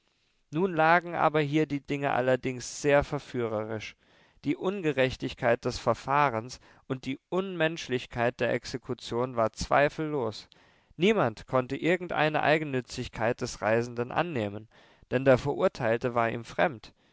nun lagen aber hier die dinge allerdings sehr verführerisch die ungerechtigkeit des verfahrens und die unmenschlichkeit der exekution war zweifellos niemand konnte irgendeine eigennützigkeit des reisenden annehmen denn der verurteilte war ihm fremd